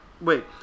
wait